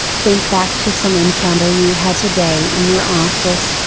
think back to some encounter you had today in your office,